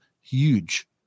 huge